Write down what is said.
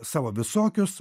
savo visokius